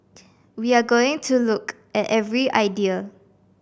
we are going to look at every idea